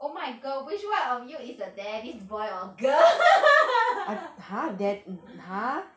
oh my god which [one] of you is a daddy's boy or girl